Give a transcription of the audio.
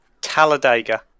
Talladega